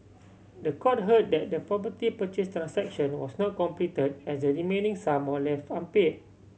the court heard that the property purchase transaction was not complete as the remaining sum were left unpaid